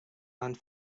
and